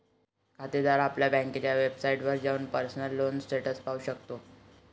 खातेदार आपल्या बँकेच्या वेबसाइटवर जाऊन पर्सनल लोन स्टेटस पाहू शकतो